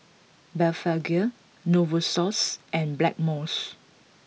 Blephagel Novosource and Blackmores